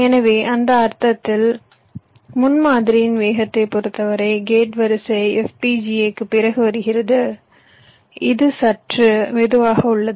எனவே அந்த அர்த்தத்தில் முன்மாதிரியின் வேகத்தைப் பொறுத்தவரை கேட் வரிசை FPGA க்குப் பிறகு வருகிறது இது சற்று மெதுவாக உள்ளது